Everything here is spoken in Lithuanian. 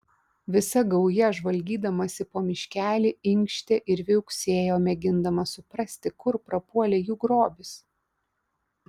visa gauja žvalgydamasi po miškelį inkštė ir viauksėjo mėgindama suprasti kur prapuolė jų grobis